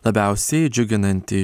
labiausiai džiuginanti